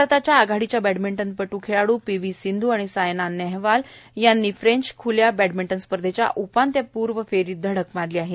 भारताच्या आघाडीच्या बॅडमिंटन खेळाडू पी व्ही सिंधू आणि सायना नेहवाल यांनी फ्रेंच ख्ल्या बॅडमिंटन स्पर्धेच्या उपांत्यपूर्व फेरीत धडक मारली आहे